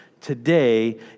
today